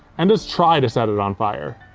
and just try to set it on fire.